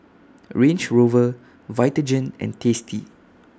Range Rover Vitagen and tasty